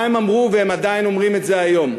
מה הם אמרו והם עדיין אומרים היום?